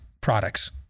products